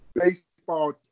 baseball